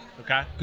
okay